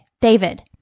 David